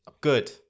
Good